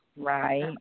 Right